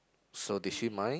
so did she mind